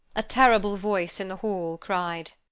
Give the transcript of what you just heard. a terrible voice in the hall cried,